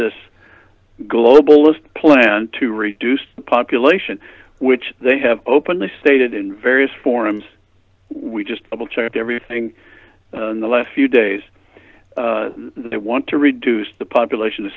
this globalist plan to reduce population which they have openly stated in various forums we just checked everything in the last few days they want to reduce the population